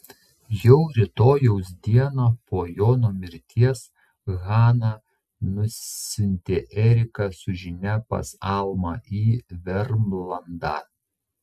jau rytojaus dieną po jono mirties hana nusiuntė eriką su žinia pas almą į vermlandą